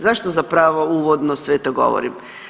Zašto zapravo uvodno sve to govorim?